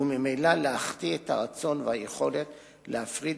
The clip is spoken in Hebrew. וממילא להחטיא את הרצון והיכולת להפריד